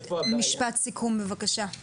משפט סיכום בבקשה.